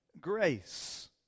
grace